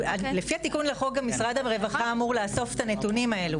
לפי התיקון לחוק משרד הרווחה אמור לאסוף את הנתונים האלו.